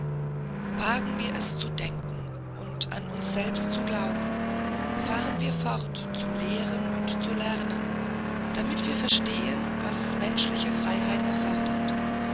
wagen wir es zu denken und an uns selbst zu glauben fahren wir fort zu lehren und zu lernen damit wir verstehen was menschliche freiheit erfordert